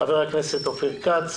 חבר הכנסת אופיר כץ,